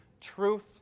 truth